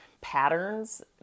patterns